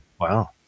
Wow